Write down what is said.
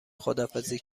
خداحافظی